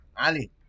Ali